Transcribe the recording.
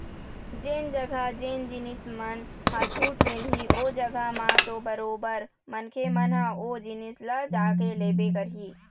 जेन जघा जेन जिनिस मन ह छूट मिलही ओ जघा म तो बरोबर मनखे मन ह ओ जिनिस ल जाके लेबे करही